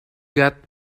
get